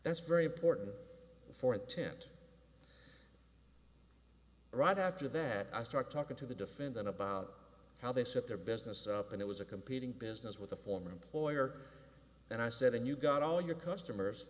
that's very important for intent right after that i start talking to the defendant about how they set their business up and it was a competing business with a former employer and i said and you got all your customers